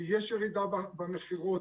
כי יש ירידה במכירות.